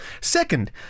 Second